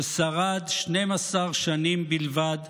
ששרד 12 שנים בלבד,